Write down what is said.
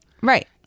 Right